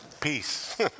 peace